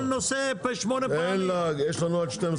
כל נושא שמונה פעמים.